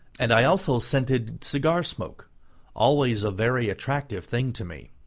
and i also scented cigar smoke always a very attractive thing to me.